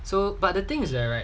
so but the thing is that right